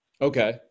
Okay